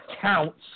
counts